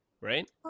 right